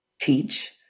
teach